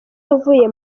yavuye